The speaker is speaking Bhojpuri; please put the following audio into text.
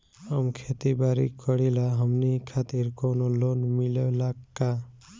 हम खेती बारी करिला हमनि खातिर कउनो लोन मिले ला का?